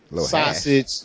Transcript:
sausage